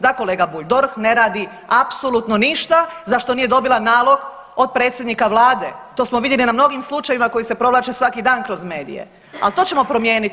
Da kolega Bulj, DORH ne radi apsolutno ništa za što nije dobila nalog od predsjednika Vlade to smo vidjeli na mnogim slučajevima koji se provlače svaki dan kroz medije, ali to ćemo promijeniti.